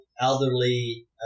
elderly